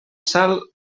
sal